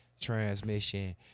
transmission